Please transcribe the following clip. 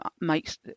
makes